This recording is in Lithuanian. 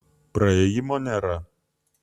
praėjimo nėra